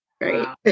right